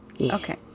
Okay